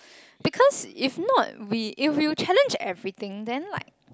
because if not we if you challenge everything then like